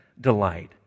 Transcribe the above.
delight